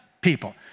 people